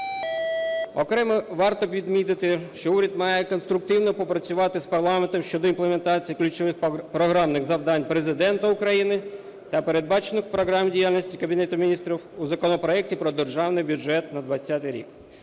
Окремо варто відмітити, що уряд має конструктивно попрацювати з парламентом щодо імплементації ключових програмних завдань Президента України та передбачених програм діяльності Кабінету Міністрів у законопроекті про Державний бюджет на 20-й рік.